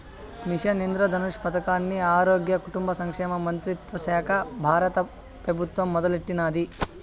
machine Indradhanush పదకాన్ని ఆరోగ్య, కుటుంబ సంక్షేమ మంత్రిత్వశాక బారత పెబుత్వం మొదలెట్టినాది